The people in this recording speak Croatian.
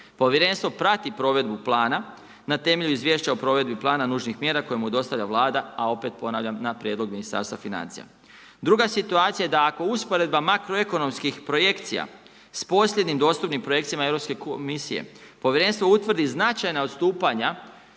Povjerenstvo prati provedbu plana na temelju izvješća o provedbi plana nužnih mjera koje mu dostavlja Vlada a opet ponavljam, na prijedlog Ministarstva financija. Druga situacija je da ako usporedba makroekonomskih projekcija s posljednjim dostupnim projekcijama Europske komisije, povjerenstvo utvrdi značajna odstupanja